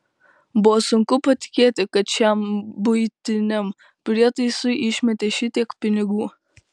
buvo sunku patikėti kad šiam buitiniam prietaisui išmetė šitiek pinigų